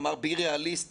הוא אמר: be realistic,